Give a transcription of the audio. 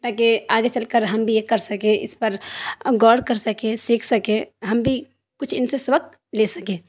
تاکہ آگے چل کر ہم بھی یہ کر سکیں اس پر غور کر سکے سیکھ سکے ہم بھی کچھ ان سے سبق لے سکیں